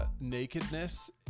nakedness